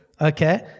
okay